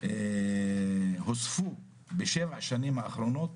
הוספו בשבע השנים האחרונות